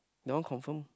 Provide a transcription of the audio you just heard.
that one confirm